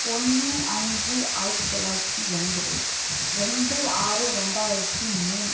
ஒன்று அஞ்சு ஆயிரத்தி தொள்ளாயிரத்தி எண்பது ரெண்டு ஆறு ரெண்டாயிரத்தி மூணு